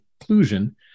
inclusion